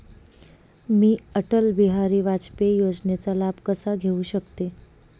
मी अटल बिहारी वाजपेयी योजनेचा लाभ कसा घेऊ शकते?